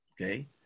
Okay